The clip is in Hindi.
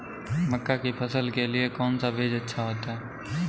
मक्का की फसल के लिए कौन सा बीज अच्छा होता है?